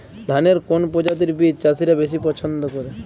ধানের কোন প্রজাতির বীজ চাষীরা বেশি পচ্ছন্দ করে?